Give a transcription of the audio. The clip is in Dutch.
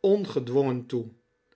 ongedwongen toe